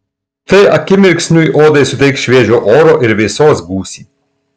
tai akimirksniui odai suteiks šviežio oro ir vėsos gūsį